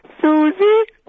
Susie